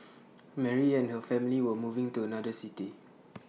Mary and her family were moving to another city